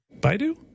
Baidu